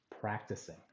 practicing